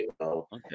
Okay